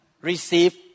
receive